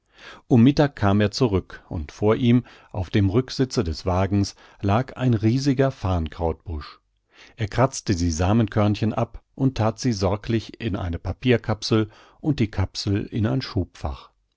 um mittag kam er zurück und vor ihm auf dem rücksitze des wagens lag ein riesiger farrnkrautbusch er kratzte die samenkörnchen ab und that sie sorglich in eine papierkapsel und die kapsel in ein schubfach